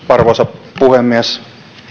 arvoisa puhemies